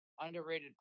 underrated